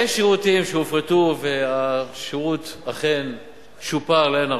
יש שירותים שהופרטו והשירות אכן שופר לאין ערוך.